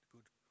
good